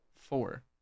four